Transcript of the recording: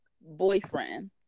boyfriend